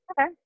okay